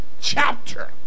chapter